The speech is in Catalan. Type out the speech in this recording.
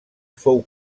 fou